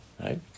Right